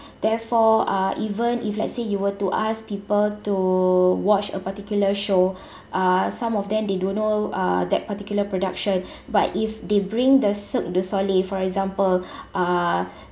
therefore uh even if let's say you were to ask people to watch a particular show uh some of them they do know uh that particular production but if they bring the cirque du soleil for example uh